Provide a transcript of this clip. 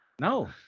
No